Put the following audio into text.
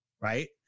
right